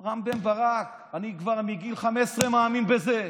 מר רם בן ברק, אני כבר מגיל 15 מאמין בזה.